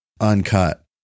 uncut